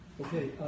Okay